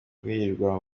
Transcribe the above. guhirwa